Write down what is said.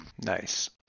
Nice